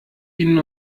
ihnen